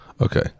okay